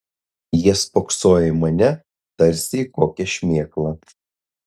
jie spoksojo į mane tarsi į kokią šmėklą